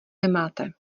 nemáte